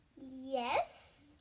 yes